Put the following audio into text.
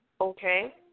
Okay